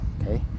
okay